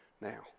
Now